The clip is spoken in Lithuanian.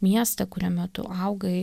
miestą kuriame tu augai